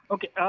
Okay